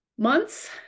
Months